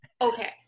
Okay